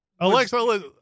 Alexa